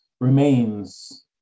remains